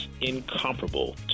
incomparable